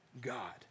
God